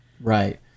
Right